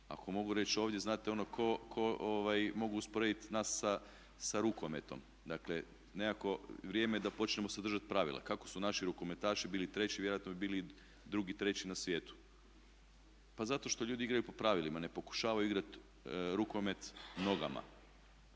Ako mogu reći ovdje znate ono mogu usporediti nas sa rukometom. Dakle, nekako vrijeme je da počnemo se držati pravila. Kako su naši rukometaši bili treći vjerojatno bi bili i drugi, treći na svijetu. Pa zato što ljudi igraju po pravilima ne pokušavaju igrati rukomet nogama.